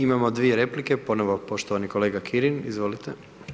Imamo dvije replike, ponovo poštovani kolega Kirin, izvolite.